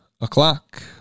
o'clock